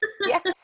yes